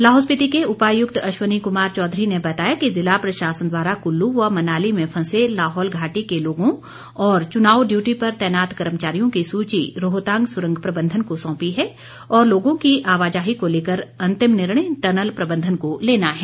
लाहौल स्पिति के उपायुक्त अश्वनी कुमार चौधरी ने बताया कि ज़िला प्रशासन द्वारा कुल्लू व मनाली में फंसे लाहौल घाटी के लोगों और चुनाव डियूटी पर तैनात कर्मचारियों की सूची रोहतांग सुरंग प्रबंधन को सौंपी है और लोगों की आवाजाही को लेकर अंतिम निर्णय टनल प्रबंधन को लेना है